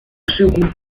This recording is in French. second